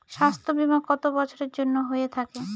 স্বাস্থ্যবীমা কত বছরের জন্য হয়ে থাকে?